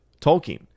Tolkien